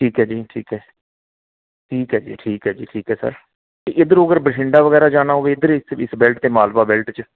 ਠੀਕ ਹੈ ਜੀ ਠੀਕ ਹੈ ਠੀਕ ਹੈ ਜੀ ਠੀਕ ਹੈ ਜੀ ਠੀਕ ਹੈ ਸਰ ਅਤੇ ਇੱਧਰੋਂ ਅਗਰ ਬਠਿੰਡਾ ਵਗੈਰਾ ਜਾਣਾ ਹੋਵੇ ਇੱਧਰ ਇਸ ਇਸ ਬੈਲਟ ਅਤੇ ਮਾਲਵਾ ਬੈਲਟ 'ਚ